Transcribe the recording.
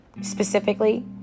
Specifically